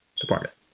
department